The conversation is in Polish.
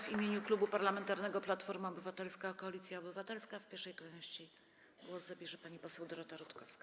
W imieniu Klubu Parlamentarnego Platforma Obywatelska - Koalicja Obywatelska w pierwszej kolejności głos zabierze pani poseł Dorota Rutkowska.